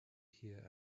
here